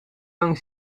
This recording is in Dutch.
lang